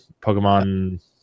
Pokemon